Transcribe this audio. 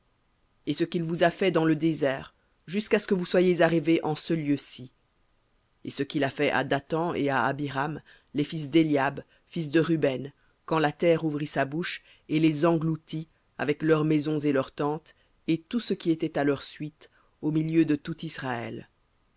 et ce qu'il vous a fait dans le désert jusqu'à ce que vous soyez arrivés en ce lieu-ci et ce qu'il a fait à dathan et à abiram les fils d'éliab fils de ruben quand la terre ouvrit sa bouche et les engloutit avec leurs maisons et leurs tentes et tout ce qui était à leur suite au milieu de tout israël